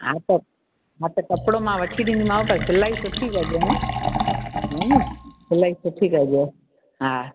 हा त हा त कपिड़ो मां वठी ॾींदीमांव पर सिलाई सुठी कॼो ह हा नी सिलाई सुठी कॼो हा